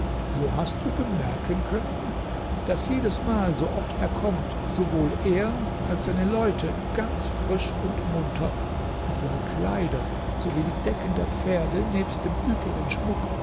so hast du bemerken können daß jedesmal so oft er kommt sowohl er als seine leute ganz frisch und munter und ihre kleider sowie die decken der pferde nebst dem übrigen schmuck